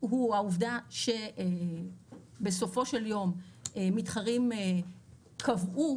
הוא העובדה שבסופו של יום מתחרים קבעו,